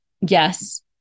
yes